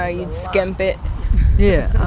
yeah you'd skimp it yeah,